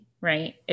right